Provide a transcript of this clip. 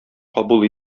кабул